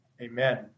Amen